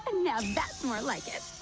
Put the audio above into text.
and now that's more like it